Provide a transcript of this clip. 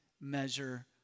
measure